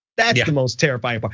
that's yeah the most terrifying part,